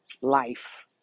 life